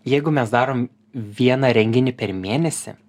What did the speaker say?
jeigu mes darom vieną renginį per mėnesį